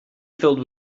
filled